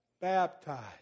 Baptized